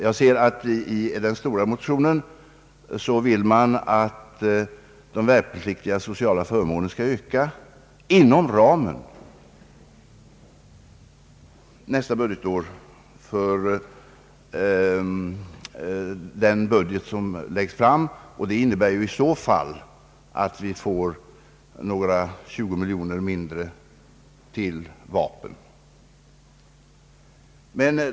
Jag ser att man i den stora försvarsmotionen vill att de värnpliktigar sociala förmåner nästa budgetår skall öka inom ramen för den budget som läggs fram. Det innebär att vi i så fall får omkring 20 miljoner mindre till vapen.